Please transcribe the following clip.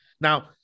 Now